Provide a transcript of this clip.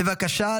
בבקשה.